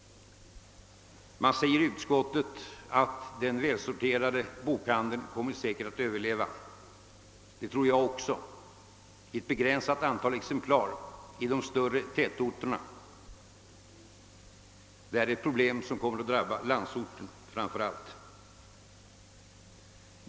I utskottsutlåtandet skrivs att den välsorterade bokhandeln «säkerligen kommer att överleva. Jag tror också att ett begränsat antal i de större tätorterna kommer att göra det; proble. met kommer framför allt att drabba landsorten.